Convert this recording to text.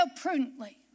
prudently